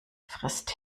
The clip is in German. frisst